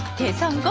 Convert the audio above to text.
get some